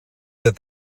that